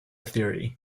theory